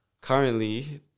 currently